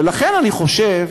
ולכן, אני חושב